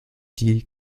die